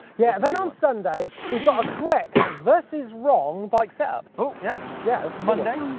yeah, then on sunday, we've got a correct versus wrong bike set-up. cool, yeah yeah. that's monday,